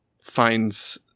finds